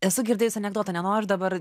esu girdėjus anekdotą nenoriu dabar